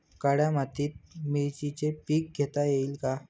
काळ्या मातीत मिरचीचे पीक घेता येईल का?